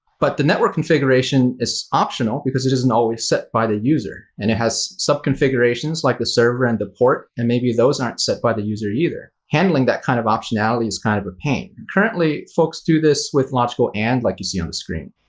but the network configuration is optional, because it isn't always set by the user. and it has subconfigurations like the server and the port. and maybe those aren't set by the user either. handling that kind of optionality is kind of a pain. and currently, folks do this with logical and, like you see on the screen.